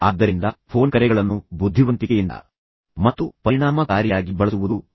ಆದ್ದರಿಂದ ಫೋನ್ ಕರೆಗಳನ್ನು ಬುದ್ಧಿವಂತಿಕೆಯಿಂದ ಮತ್ತು ಪರಿಣಾಮಕಾರಿಯಾಗಿ ಬಳಸುವುದು ಮುಖ್ಯವಾಗಿದೆ